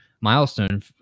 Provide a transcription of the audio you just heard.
milestone